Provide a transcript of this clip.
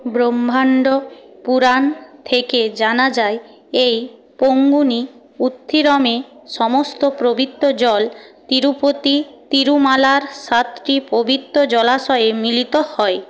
ব্রহ্মাণ্ড পুরাণ থেকে জানা যায় এই পঙ্গুনি উত্থিরমে সমস্ত পবিত্র জল তিরুপতি তিরুমালার সাতটি পবিত্র জলাশয়ে মিলিত হয়